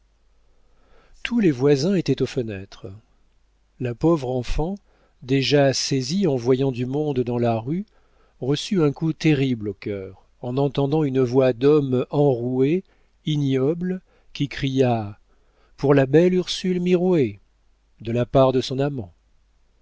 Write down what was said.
tous les voisins étaient aux fenêtres la pauvre enfant déjà saisie en voyant du monde dans la rue reçut un coup terrible au cœur en entendant une voix d'homme enrouée ignoble qui cria pour la belle ursule mirouët de la part de son amant